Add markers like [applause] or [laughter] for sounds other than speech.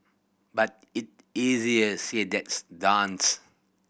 but it easier said [unintelligible] done [unintelligible]